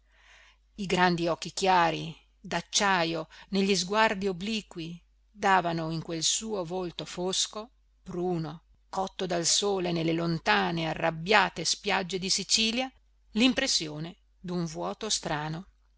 i grandi occhi chiari d'acciajo negli sguardi obliqui davano in quel suo volto fosco bruno cotto dal sole nelle lontane arrabbiate spiagge di sicilia l'impressione d'un vuoto strano